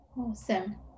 Awesome